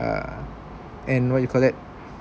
err and what you call that